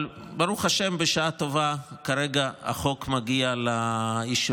אבל ברוך השם, בשעה טובה, כרגע החוק מגיע לאישורו.